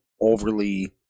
overly